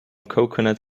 coconut